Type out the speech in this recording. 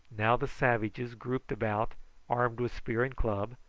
now the savages grouped about armed with spear and club,